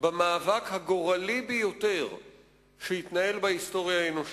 במאבק הגורלי ביותר שהתנהל בהיסטוריה האנושית,